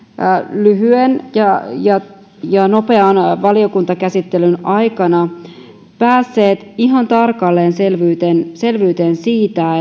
lyhyen ja ja nopean valiokuntakäsittelyn aikana päässeet ihan tarkalleen selvyyteen selvyyteen siitä